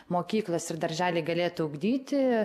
mokyklos ir darželiai galėtų ugdyti